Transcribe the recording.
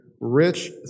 rich